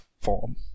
form